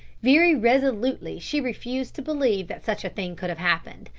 very resolutely she refused to believe that such a thing could have happened.